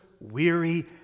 weary